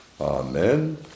Amen